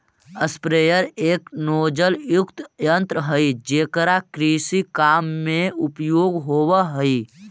sprayer एक नोजलयुक्त यन्त्र हई जेकरा कृषि काम में उपयोग होवऽ हई